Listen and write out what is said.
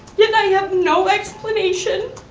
yeah and i have no explanation